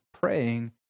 praying